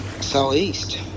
southeast